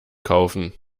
kaufen